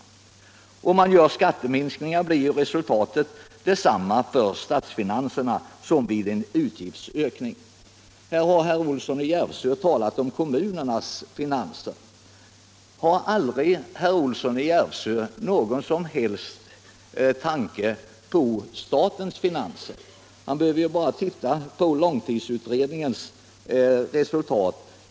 Om man gör skatteminskningar, blir resultatet detsamma för statsfinanserna som vid en utgiftsökning. Herr Olsson i Järvsö har talat om kommunernas finanser. Har aldrig herr Olsson i Järvsö någon som helst tanke på statens finanser? Han behöver ju bara se på långtidsutredningens resultat.